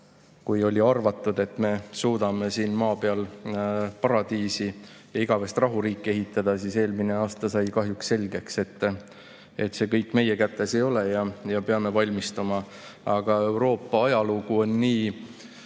Oli arvatud, et me suudame siin maa peal paradiisi ja igavest rahuriiki ehitada, kuid eelmisel aastal sai kahjuks selgeks, et see kõik ei ole meie kätes ja me peame valmistuma. Euroopa ajalugu on nii